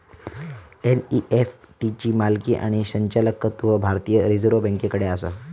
NEFT ची मालकी आणि संचालकत्व भारतीय रिझर्व बँकेकडे आसा